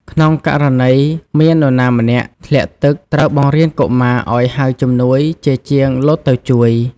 ក្នុងករណីមាននរណាម្នាក់ ធ្លាក់ទឹក ត្រូវបង្រៀនកុមារឱ្យហៅជំនួយជាជាងលោតទៅជួយ។